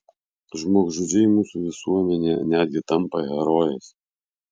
žmogžudžiai mūsų visuomenėje netgi tampa herojais